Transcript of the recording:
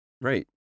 Right